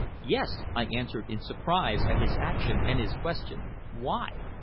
yes, i answered in surprise at his action and his question. why?